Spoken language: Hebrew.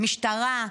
משטרה,